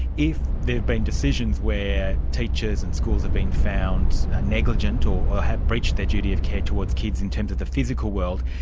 if there have been decisions where teachers and schools have been found negligent, or have breached their duty of care towards kids in terms of the physical world,